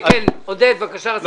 כן, עודד, בבקשה.